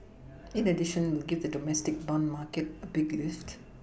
in addition it give the domestic bond market a big lift